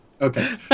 okay